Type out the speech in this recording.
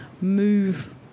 move